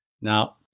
Now